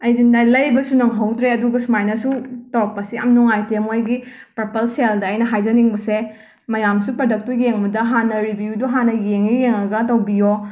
ꯑꯩꯁꯤꯅ ꯂꯩꯕꯁꯨ ꯅꯪꯍꯧꯗ꯭ꯔꯦ ꯑꯗꯨꯒ ꯁꯨꯃꯥꯏꯅꯁꯨ ꯇꯧꯔꯛꯄꯁꯦ ꯌꯥꯝ ꯅꯨꯉꯥꯏꯇꯦ ꯃꯣꯏꯒꯤ ꯄꯔꯄꯜ ꯁꯦꯜꯗ ꯑꯩꯅ ꯍꯥꯏꯖꯅꯤꯡꯕꯁꯦ ꯃꯌꯥꯝꯁꯨ ꯄꯔꯗꯛꯇꯨ ꯌꯦꯡꯕꯗ ꯍꯥꯟꯅ ꯔꯤꯕ꯭ꯌꯨꯗꯨ ꯍꯥꯟꯅ ꯌꯦꯡꯉ ꯌꯦꯡꯉꯒ ꯇꯧꯕꯤꯌꯣ